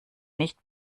nicht